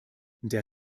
der